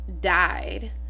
died